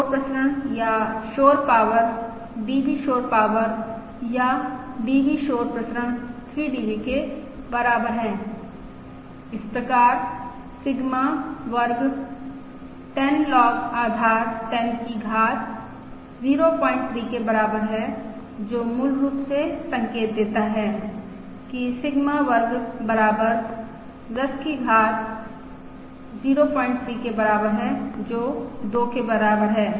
शोर प्रसरण या शोर पाॅवर DB शोर पाॅवर या DB शोर प्रसरण 3 DB के बराबर है इस प्रकार सिग्मा वर्ग 10 लॉग आधार 10 की घात 0 3 के बराबर है जो मूल रूप से संकेत देता है कि सिग्मा वर्ग बराबर 10 की घात 0 3 के बराबर है जो 2 के बराबर है